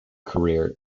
career